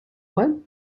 what